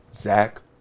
Zach